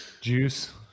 Juice